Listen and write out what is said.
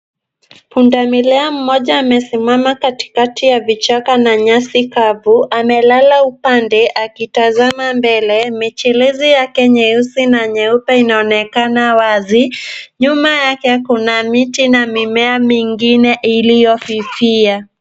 Punda milia mmoja amesimama katikati ya vichaka na nyasi kavu huku amelala upande akitazama mbele. Michelezi yake nyeusi na nyeupe inaonekana wazi. Nyuma yake kuna miti na mimea mingine iliyofifia.